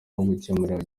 guhemukira